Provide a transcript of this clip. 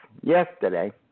yesterday